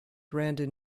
radon